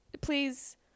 Please